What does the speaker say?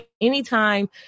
anytime